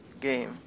game